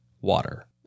water